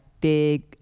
big